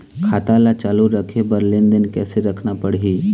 खाता ला चालू रखे बर लेनदेन कैसे रखना पड़ही?